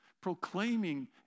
Proclaiming